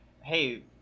hey